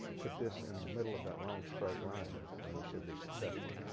put this in the middle of that long straight line and you should be successful.